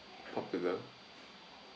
popular